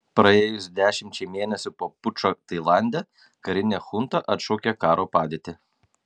praėjus dešimčiai mėnesių po pučo tailande karinė chunta atšaukė karo padėtį